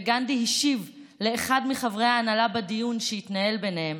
וגנדי השיב לאחד מחברי ההנהלה בדיון שהתנהל ביניהם: